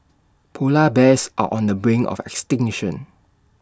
Polar Bears are on the brink of extinction